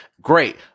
great